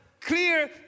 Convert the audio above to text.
clear